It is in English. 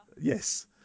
Yes